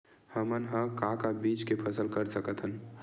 हमन ह का का बीज के फसल कर सकत हन?